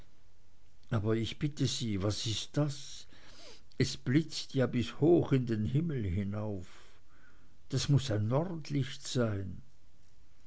aber ich bitte sie was ist das es blitzt ja bis hoch in den himmel hinauf das muß ein nordlicht sein